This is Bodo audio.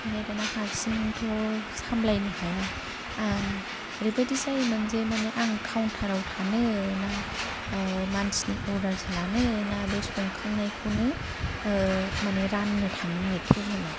ओमफाय दाना हारसिंथ' सामलायनो हाया आं ओरैबायदि जायोमोन जे माने आं काउन्टाराव थानो ना मानसिनि अर्डारासो लानो ना बे संखांनायखौनो माने रान्नो थांनो आरो टेबोलाव